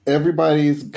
Everybody's